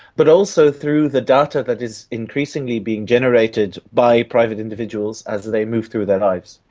but also through the data that is increasingly being generated by private individuals as they move through their lives.